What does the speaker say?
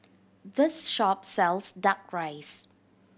this shop sells Duck Rice